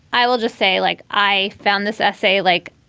i will just say, like, i found this essay, like,